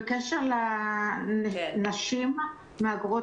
בקשר לנשים מהגרות